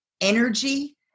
energy